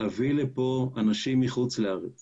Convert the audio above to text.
להביא לכאן אנשים מחוץ לארץ